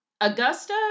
Augusta